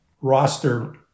roster